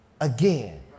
again